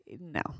No